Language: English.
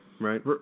right